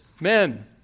men